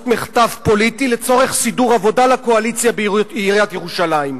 מחטף פוליטי לצורך סידור עבודה לקואליציה בעיריית ירושלים.